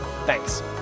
Thanks